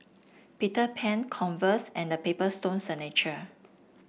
Peter Pan Converse and The Paper Stone Signature